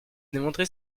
démontré